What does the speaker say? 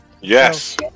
yes